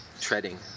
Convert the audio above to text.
Treading